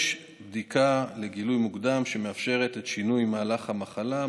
יש בדיקה לגילוי מוקדם שמאפשרת את שינוי מהלך המחלה,